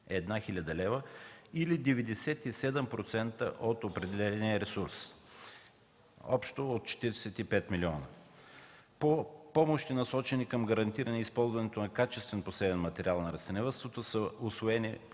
551 лв. или 97% от определения ресурс общо от 45 милиона; – насочени към гарантиране използването на качествен посевен материал в растениевъдството, са усвоени